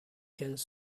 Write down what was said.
cannes